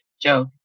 Joe